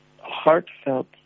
heartfelt